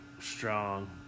strong